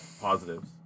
Positives